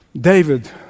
David